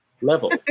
level